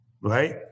right